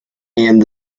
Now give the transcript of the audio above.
and